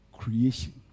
creation